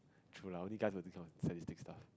true lah only guys will do this kind of sadistic stuff